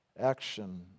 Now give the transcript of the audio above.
action